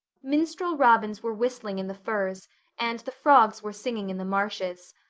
minstrel robins were whistling in the firs and the frogs were singing in the marshes.